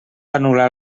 anul·lar